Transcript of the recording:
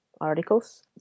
articles